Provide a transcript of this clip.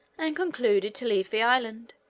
and concluded to leave the island,